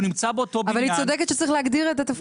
אבל היא צודקת שצריך להגדיר את התפקיד.